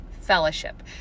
fellowship